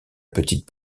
petite